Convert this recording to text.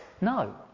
no